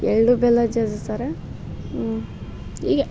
ಎಳ್ಳು ಬೆಲ್ಲ ಜಜ್ತಾರೆ ಹೀಗೆ